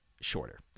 shorter